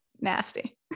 nasty